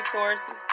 resources